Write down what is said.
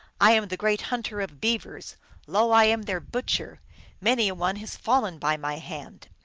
i am the great hunter of beavers lo, i am their butcher many a one has fallen by my hand.